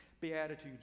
Beatitudes